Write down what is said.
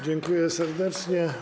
Dziękuję serdecznie.